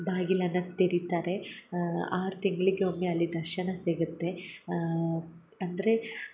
ಬಾಗಿಲನ್ನು ತೆರಿತಾರೆ ಆರು ತಿಂಗ್ಳಿಗೆ ಒಮ್ಮೆ ಅಲ್ಲಿ ದರ್ಶನ ಸಿಗುತ್ತೆ ಅಂದರೆ